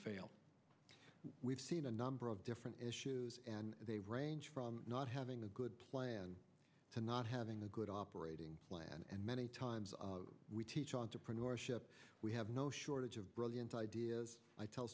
fail we've seen a number of different issues and they range from not having a good plan to not having a good operating plan and many times we teach entrepreneurship we have no shortage of brilliant ideas i tell